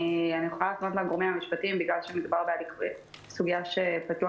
אני יכולה להפנות לגורמים המשפטיים בגלל שמדובר בסוגיה שפתוח